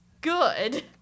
Good